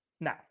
Now